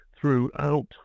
throughout